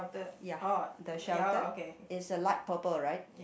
ya the shelter it's uh light purple right